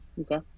Okay